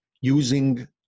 using